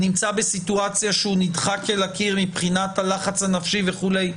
נמצא בסיטואציה שהוא נדחק אל הקיר מבחינת הלחץ הנפשי וכולי,